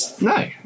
No